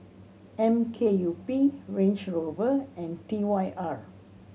M K U P Range Rover and T Y R